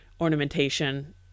ornamentation